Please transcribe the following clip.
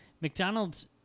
McDonald's